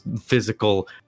physical